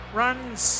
runs